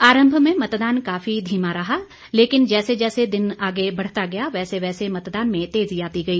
आरंभ में मतदान काफी धीमा रहा लेकिन जैसे जैसे दिन आगे बढ़ता गया वैसे वैसे मतदान में तेजी आती गई